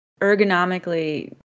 ergonomically